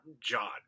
John